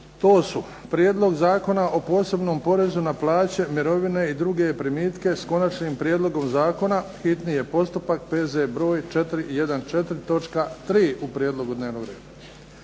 To su Prijedlog zakona o posebnom porezu na plaće, mirovine i druge primitke, s konačnim prijedlogom zakona, hitni postupak, P.Z. br. 414, točka 3. u prijedlogu dnevnog reda.